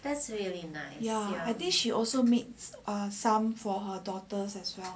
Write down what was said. ya I think she also made some for her daughters as well